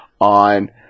on